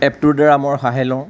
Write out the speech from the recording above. এপটোৰ দ্বাৰা মই সহায় লওঁ